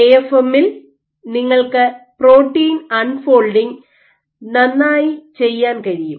എഎഫ്എമ്മിൽ നിങ്ങൾക്ക് protein unfolding നന്നായി ചെയ്യാൻ കഴിയും